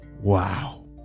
Wow